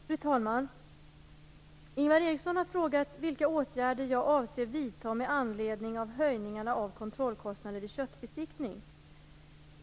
Fru talman! Ingvar Eriksson har frågat vilka åtgärder jag avser att vidta med anledning av höjningarna av kontrollkostnader vid köttbesiktning.